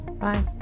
bye